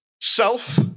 self